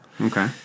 okay